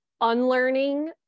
unlearning